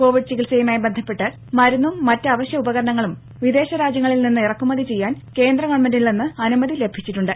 Covid ചികിത്സയുമായി ബന്ധപ്പെട്ട് മരുന്നും മറ്റ് അവശ്യ ഉപകരണങ്ങളും വിദേശ രാജ്യങ്ങളിൽ നിന്ന് ഇറക്കുമതി ചെയ്യാൻ കേന്ദ്ര ഗവൺമെന്റിൽ നിന്ന് അനുമതി ലഭിച്ചിട്ടുണ്ട്